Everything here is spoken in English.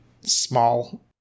small